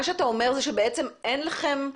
מה שאתה אומר זה שבעצם אין לכם,